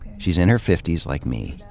she's in her fifty s, like me.